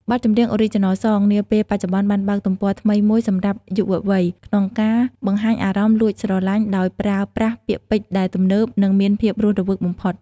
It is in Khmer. បទចម្រៀង Original Song នាពេលបច្ចុប្បន្នបានបើកទំព័រថ្មីមួយសម្រាប់យុវវ័យ ក្នុងការបង្ហាញអារម្មណ៍លួចស្រឡាញ់ ដោយប្រើប្រាស់ពាក្យពេចន៍ដែលទំនើប និងមានភាពរស់រវើកបំផុត។